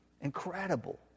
Incredible